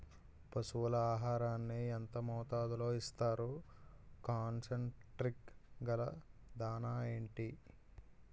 పశువుల ఆహారాన్ని యెంత మోతాదులో ఇస్తారు? కాన్సన్ ట్రీట్ గల దాణ ఏంటి?